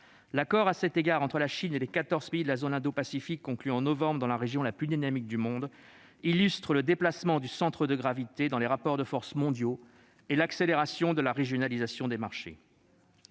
l'accord entre la Chine et les quatorze pays de la zone indopacifique conclu en novembre dernier dans la région la plus dynamique du monde illustre le déplacement du centre de gravité dans les rapports de force mondiaux et l'accélération de la régionalisation des marchés.